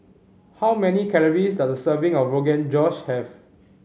how many calories does a serving of Rogan Josh have